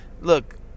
Look